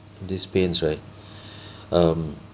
this pains right um